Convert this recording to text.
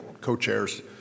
co-chairs